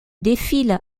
défile